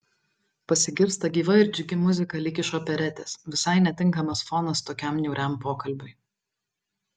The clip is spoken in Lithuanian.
pasigirsta gyva ir džiugi muzika lyg iš operetės visai netinkamas fonas tokiam niūriam pokalbiui